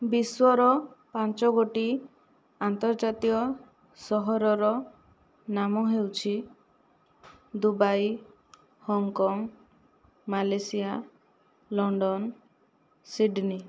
ବିଶ୍ଵର ପାଞ୍ଚଗୋଟି ଆନ୍ତର୍ଜାତୀୟ ସହରର ନାମ ହେଉଛି Dubai Hong Kong Malaysia London Sydney